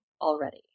already